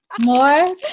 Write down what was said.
More